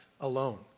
alone